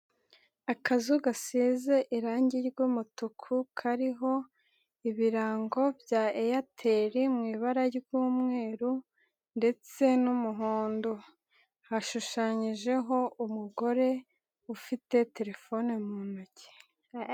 Akazu gasize irangi ry'umutuku, kariho ibirango bya Airtel, mu ibara ry'umweru ndetse n'umuhondo, hashushanyijeho umugore ufite telefone mu ntoki.